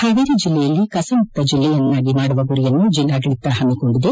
ಪಾವೇರಿ ಜಿಲ್ಲೆಯನ್ನು ಕಸಮುಕ್ತ ಜಿಲ್ಲೆಯನ್ನಾಗಿ ಮಾಡುವ ಗುರಿಯನ್ನು ಜಿಲ್ಲಾಡಳಿತ ಪಮ್ಮಿಕೊಂಡಿದೆ